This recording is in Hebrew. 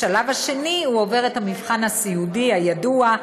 בשלב השני הוא עובר את המבחן הסיעודי הידוע,